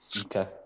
okay